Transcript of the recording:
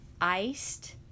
iced